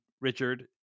Richard